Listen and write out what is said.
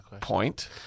Point